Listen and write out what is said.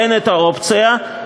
אין אופציה,